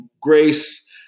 Grace